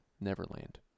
Neverland